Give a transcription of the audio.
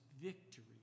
victory